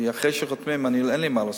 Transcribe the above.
כי אחרי שחותמים אין לי מה לעשות.